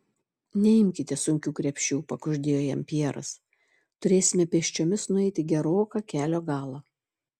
neimkite sunkių krepšių pakuždėjo jam pjeras turėsime pėsčiomis nueiti geroką kelio galą